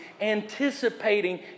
anticipating